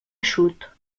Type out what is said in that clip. eixut